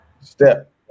step